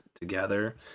together